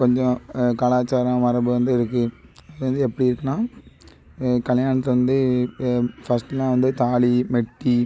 கொஞ்சம் கலாச்சாரம் மரபு வந்து இருக்கு இது வந்து எப்படி இருக்குன்னா கல்யாணத்தில் வந்து ஃபர்ஸ்ட் எல்லாம் வந்து தாலி மெட்டி